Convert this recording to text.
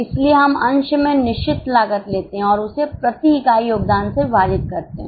इसलिए हम अंश में निश्चित लागत लेते हैं और इसे प्रति इकाई योगदान से विभाजित करते हैं